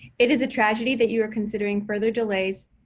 it is a tragedy that you are considering further delays,